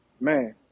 man